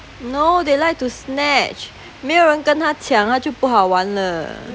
no they like to snatch 没有人跟他抢那就不好玩了